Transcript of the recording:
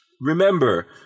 Remember